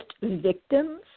victims